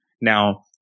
Now